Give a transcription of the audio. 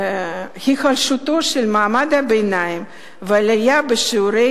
היחלשותו של מעמד הביניים ועלייה בשיעורי